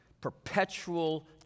perpetual